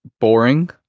boring